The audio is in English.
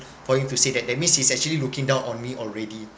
for him to say that that means he's actually looking down on me already